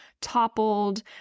toppled